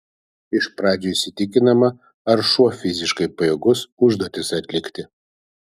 iš pradžių įsitikinama ar šuo fiziškai pajėgus užduotis atlikti